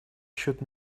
счет